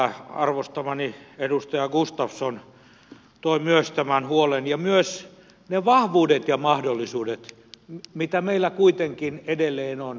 myös arvostamani edustaja gustafsson toi tämän huolen ja myös ne vahvuudet ja mahdollisuudet mitä meillä kuitenkin edelleen on